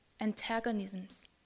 antagonisms